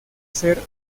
ser